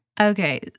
Okay